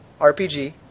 RPG